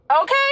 Okay